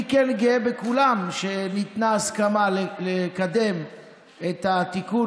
אני כן גאה בכולם שניתנה הסכמה לקדם את התיקון